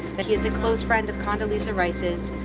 that he's a close friend of condoleezza rice's,